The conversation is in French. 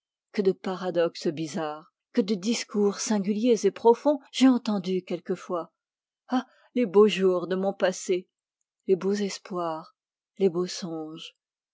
que de paradoxes bizarres que de discours singuliers et profonds j'ai entendus quelquefois ah les beaux jours de mon passé les beaux espoirs les beaux songes